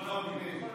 ביטחון הפנים.